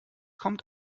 kommt